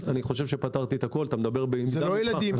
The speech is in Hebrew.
אני חושב שפתרתי את הכול --- זה לא ילדים.